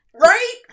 Right